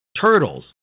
Turtles